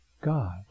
God